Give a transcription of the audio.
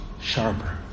Sharper